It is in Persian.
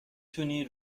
تونی